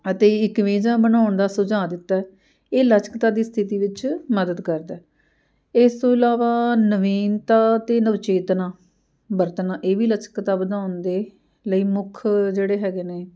ਅਤੇ ਇੱਕ ਵਹਿਜਾ ਬਣਾਉਣ ਦਾ ਸੁਝਾਅ ਦਿੱਤਾ ਇਹ ਲਚਕਤਾ ਦੀ ਸਥਿਤੀ ਵਿੱਚ ਮਦਦ ਕਰਦਾ ਇਸ ਤੋਂ ਇਲਾਵਾ ਨਵੀਨਤਾ ਅਤੇ ਨਵ ਚੇਤਨਾ ਵਰਤਣਾ ਇਹ ਵੀ ਲਚਕਤਾ ਵਧਾਉਣ ਦੇ ਲਈ ਮੁੱਖ ਜਿਹੜੇ ਹੈਗੇ ਨੇ